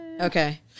Okay